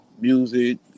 music